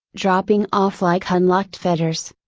dropping off like unlocked fetters.